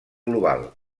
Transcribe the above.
global